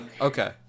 Okay